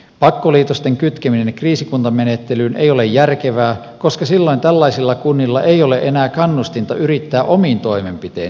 pakkoliitosten kytkeminen kriisikuntamenettelyyn ei ole järkevää koska silloin tällaisilla kunnilla ei ole enää kannustinta yrittää omin toimenpitein selviytyä ahdingosta